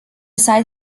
site